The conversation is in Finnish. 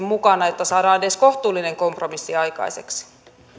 mukana että saadaan edes kohtuullinen kompromissi aikaiseksi